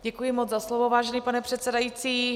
Děkuji moc za slovo, vážený pane předsedající.